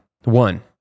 One